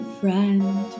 friend